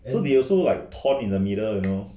so they also like torn in the middle you know